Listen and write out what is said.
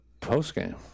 post-game